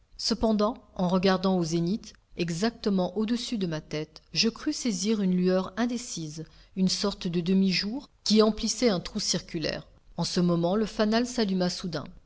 cependant en regardant au zénith exactement au-dessus de ma tête je crus saisir une lueur indécise une sorte de demi-jour qui emplissait un trou circulaire en ce moment le fanal s'alluma soudain